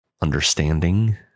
understanding